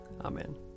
amen